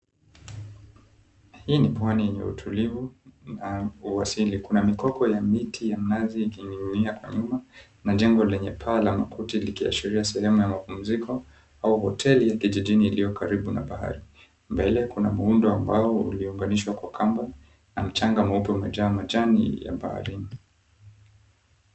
Hii ni Pwani yenye utulivu na uasili. Kuna mikoko ya miti ya mnazi ikining'inia kwa nyuma na jengo lenye paa la makuti likiashiria sehemu ya mapumziko au hoteli ya kijijini iliyo karibu na bahari. Mbele kuna muundo wa mbao uliounganishwa kwa kamba na mchanga mweupe umejaa majani ya baharini.